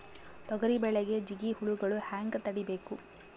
ತೊಗರಿ ಬೆಳೆಗೆ ಜಿಗಿ ಹುಳುಗಳು ಹ್ಯಾಂಗ್ ತಡೀಬೇಕು?